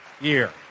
year